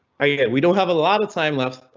we don't have a lot of time left.